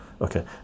okay